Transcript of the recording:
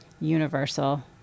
universal